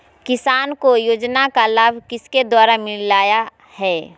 किसान को योजना का लाभ किसके द्वारा मिलाया है?